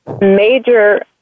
major